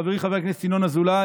חברי חבר הכנסת ינון אזולאי,